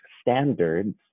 standards